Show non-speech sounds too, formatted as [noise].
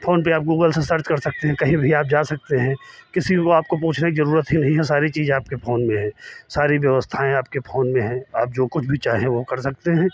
phone पे आप Google से सर्च कर सकते हैं कहीं भी आप जा सकते हैं किसी भी [unintelligible] आपको पूछने की जरुरत ही नहीं है सारी चीज आपके फोन में है सारी व्यवस्थाएँ आपके फोन में है आप जो कुछ भी चाहें वो कर सकते हैं